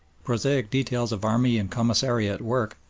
prosaic details of army and commissariat work,